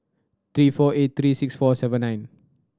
three four eight three six four seven nine